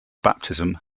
baptism